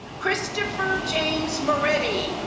christopher james moretti,